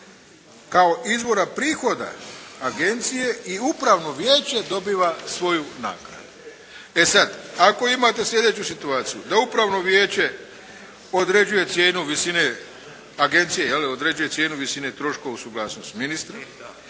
kao izvora prihoda agencije i upravno vijeće dobiva svoju naknadu. E sad. Ako imate sljedeću situaciju da upravno vijeće određuje cijenu visine agencije, je li, određuje cijenu visine troškova uz suglasnost ministra,